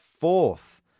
fourth